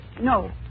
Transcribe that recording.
No